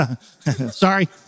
Sorry